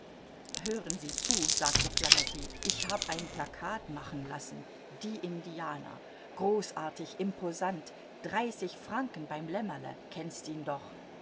hören sie zu sagte flametti ich hab ein plakat machen lassen die indianer großartig imposant dreißig franken beim lemmerle kennst ihn doch